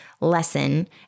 lesson